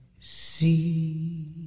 see